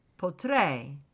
Potrei